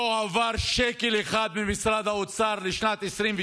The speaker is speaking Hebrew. לא הועבר שקל אחד ממשרד האוצר לשנת 2023